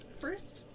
first